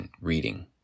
reading